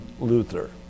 Luther